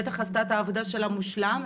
היא בטח עשתה את העבודה שלה מושלם,